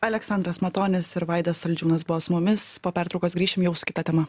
aleksandras matonis ir vaidas saldžiūnas buvo su mumis po pertraukos grįšime jau su kita tema